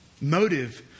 Motive